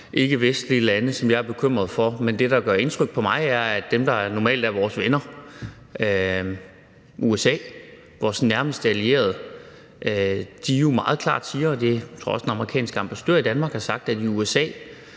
ikkevestlige lande, som jeg er bekymret for. Men det, der gør indtryk på mig, er, at dem, der normalt er vores venner, altså USA, vores nærmeste allierede, jo meget klart siger, og det tror jeg også den amerikanske ambassadør i Danmark har sagt, at i USA